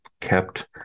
kept